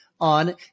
On